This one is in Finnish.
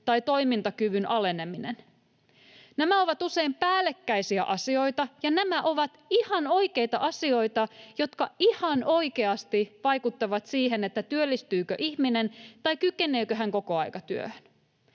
tai toimintakyvyn aleneminen. Nämä ovat usein päällekkäisiä asioita, ja nämä ovat ihan oikeita asioita, jotka ihan oikeasti vaikuttavat siihen, työllistyykö ihminen tai kykeneekö hän kokoaikatyöhön.